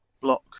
Block